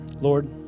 Lord